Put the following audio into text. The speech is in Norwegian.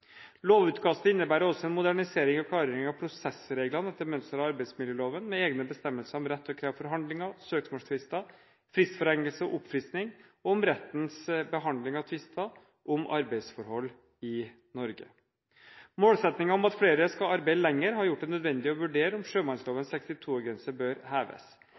Lovutkastet innebærer også en modernisering og klargjøring av prosessreglene etter mønster av arbeidsmiljøloven, med egne bestemmelser om rett til å kreve forhandlinger, søksmålsfrister, fristforlengelse og oppfriskning, og om rettens behandling av tvister om arbeidsforhold i Norge. Målsettingen om at flere skal arbeide lenger, har gjort det nødvendig å vurdere om sjømannslovens 62-årsgrense bør heves.